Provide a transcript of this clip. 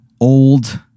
old